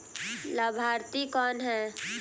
लाभार्थी कौन है?